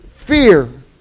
Fear